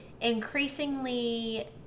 Increasingly